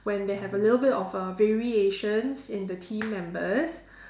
when they have a little bit of a variations in the team members